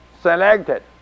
selected